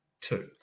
two